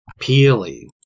Peely